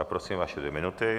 Prosím, vaše dvě minuty.